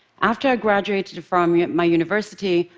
after i graduated from yeah my university,